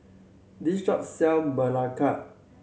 this shop sell belacan